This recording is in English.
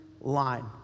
line